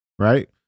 Right